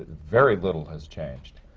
very little has changed.